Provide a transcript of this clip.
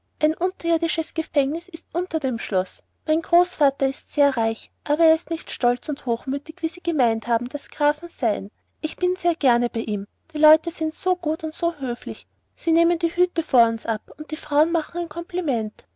gehfengnis ist unter dem schloß mein großvater ist ser reich aber er ist nicht stols und hochmütich wie sie gemeint haben das grafen seihen ich bin ser gerne bei im die leute sind so gut und hövlich sie nemen die hüte ab for uns und die frauen machen ein komblümend